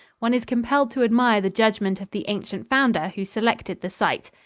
one is compelled to admire the judgment of the ancient founder who selected the site.